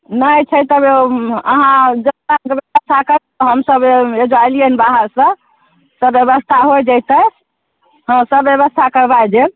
नहि छै तब ओ अहाँ जुगताके व्यवस्था करियौ हमसब एहिजा अयलियै बाहरसऽ तब व्यवस्था होइ जैतै हँ सब व्यवस्था करबाइ देब